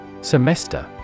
Semester